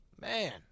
man